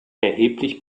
erheblich